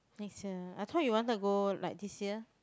next year I thought you wanted to go like this year